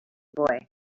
boy